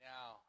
Now